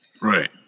Right